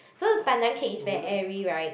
so pandan cake is very airy right